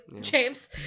james